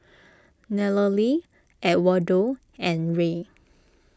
Nallely Edwardo and Rey